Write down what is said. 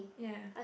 ya